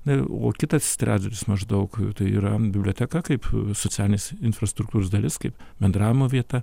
na o kitas trečdalis maždaug tai yra biblioteka kaip socialinės infrastruktūros dalis kaip bendravimo vieta